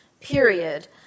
period